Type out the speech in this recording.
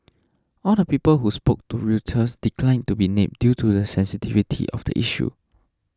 all the people who spoke to Reuters declined to be named due to the sensitivity of the issue